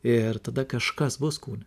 ir tada kažkas bus kūne